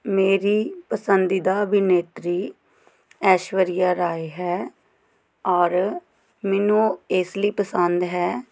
ਮੇਰੀ ਪਸੰਦੀਦਾ ਅਭਿਨੇਤਰੀ ਐਸ਼ਵਰੀਆ ਰਾਏ ਹੈ ਔਰ ਮੈਨੂੰ ਉਹ ਇਸ ਲਈ ਪਸੰਦ ਹੈ